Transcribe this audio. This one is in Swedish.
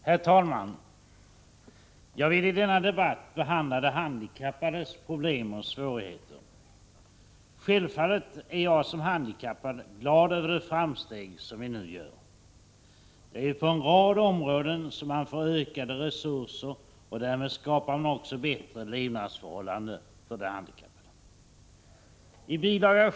Herr talman! Jag vill i denna debatt behandla de handikappades problem och svårigheter. Självfallet är jag som handikappad glad över de framsteg som vi nu gör. På en rad områden ges ökade resurser, och därmed skapar man också bättre levnadsförhållanden för de handikappade. I bil.